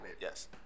Yes